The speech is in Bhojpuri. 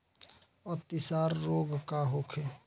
अतिसार रोग का होखे?